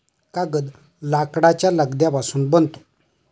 कागद लाकडाच्या लगद्यापासून बनतो